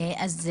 אז,